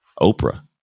Oprah